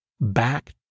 back